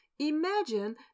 Imagine